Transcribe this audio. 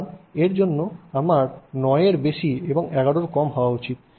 সুতরাং এর জন্য আমার 9 এর বেশি 11 কম হওয়া উচিত